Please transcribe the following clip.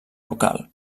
local